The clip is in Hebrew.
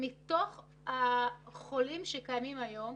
מתוך החולים שקיימים היום,